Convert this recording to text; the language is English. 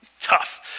tough